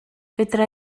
fedra